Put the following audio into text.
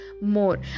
more